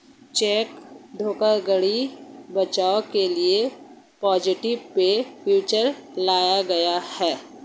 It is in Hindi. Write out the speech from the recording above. चेक धोखाधड़ी बचाव के लिए पॉजिटिव पे फीचर लाया गया है